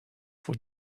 for